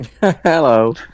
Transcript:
hello